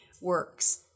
works